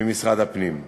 ממשרד הפנים.